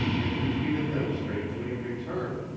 and he treated them strangely in return.